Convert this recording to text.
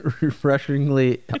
Refreshingly